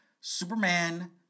Superman